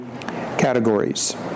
categories